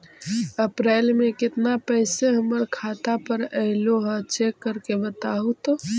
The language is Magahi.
अप्रैल में केतना पैसा हमर खाता पर अएलो है चेक कर के बताहू तो?